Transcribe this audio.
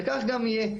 וכך גם יהיה.